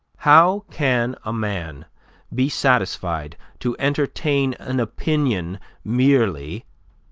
how can a man be satisfied to entertain an opinion merely,